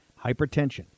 Hypertension